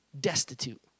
destitute